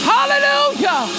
Hallelujah